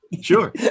Sure